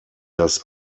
das